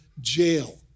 jail